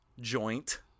joint